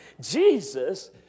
Jesus